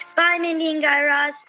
bye, mindy and guy raz